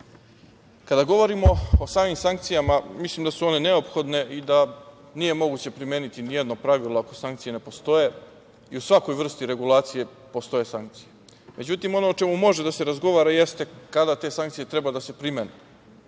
govorimo o samim sankcijama, mislim da su one neophodne i da nije moguće primeniti ni jedno pravilo ako sankcije ne postoje. U svakoj vrsti regulacije postoje sankcije.Međutim, ono o čemu može da se razgovara jeste kada te sankcije treba da se primene.